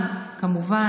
כמובן,